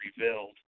Revealed